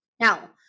Now